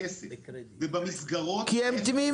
הדגש שמושם על קיצוץ המסגרות בעוד שהבעיות